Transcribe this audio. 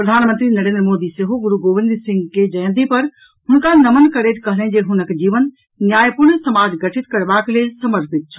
प्रधानमंत्री नरेन्द्र मोदी सेहो गुरू गोविन्द सिंह के जयन्ती पर हुनका नमन करैत कहलनि जे हुनक जीवन न्यायपूर्ण समाज गठित करबाक लेल समर्पित छल